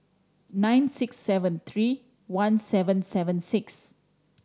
nine six seven three one seven seven six